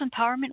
empowerment